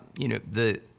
you know, the,